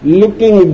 looking